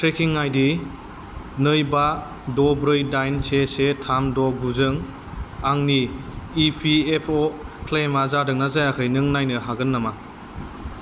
trekking ID नै बा द' ब्रै दाइन से से थाम द गु जों आंनि इ पि एफ अ' क्लेइमा जादोंना जायाखै नों नायनो हागोन नामा